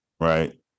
right